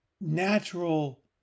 natural